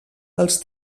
dels